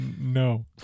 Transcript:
No